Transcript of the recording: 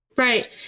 Right